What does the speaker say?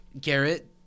Garrett